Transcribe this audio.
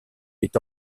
est